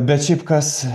bet šiaip kas